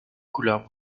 couleur